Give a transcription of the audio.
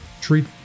treat